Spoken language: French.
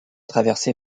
traversé